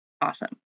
Awesome